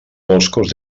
boscos